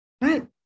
right